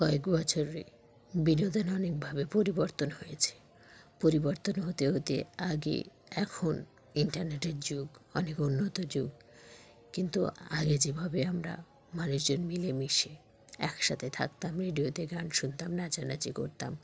কয়েক বছরে বিনোদন অনেকভাবে পরিবর্তন হয়েছে পরিবর্তন হতে হতে আগে এখন ইন্টারনেটের যুগ অনেক উন্নত যুগ কিন্তু আগে যেভাবে আমরা মানুষজন মিলেমিশে একসাথে থাকতাম রেডিওতে গান শুনতাম নাচানাচি করতাম